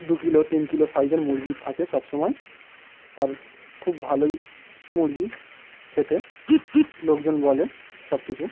দু কিলো তিন কিলো সাইজের মুরগি থাকে সবসময় আর খুব ভালোই মুরগি খেতে লোকজন বলে সব কিছু